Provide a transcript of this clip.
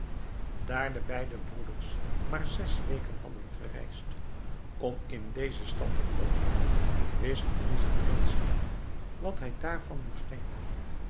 de beide broeders maar zes weken hadden gereisd om in deze stad te komen wist onze prins niet wat hij daarvan moest denken